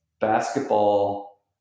basketball